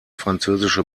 französische